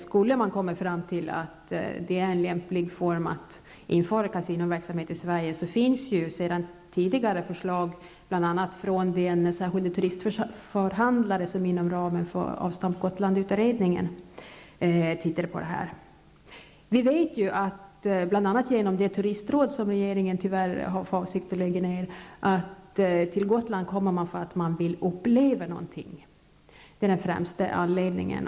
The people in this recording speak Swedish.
Skulle man komma fram till att det är lämpligt att införa kasinoverksamhet i Sverige, finns det ju sedan tidigare förslag bl.a. från den särskilde turistförhandlare som inom ramen för Avstamp Gotland-utredningen gjorde en översyn. Vi vet bl.a. genom det turistråd som regeringen tyvärr har för avsikt att lägga ned att man kommer till Gotland för att man vill uppleva någonting. Det är den främsta anledningen.